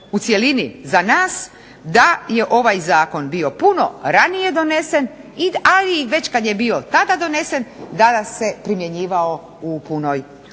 U cjelini za nas da je ovaj zakon bio puno ranije donesen, a i već kad je bio tada donesen danas se primjenjivao u punoj